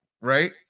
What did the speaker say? Right